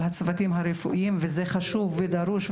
הצוותים הרפואיים שהיא חשובה ונדרשת,